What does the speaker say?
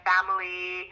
Family